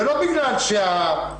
זה לא בגלל שהטוטו,